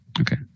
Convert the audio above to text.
Okay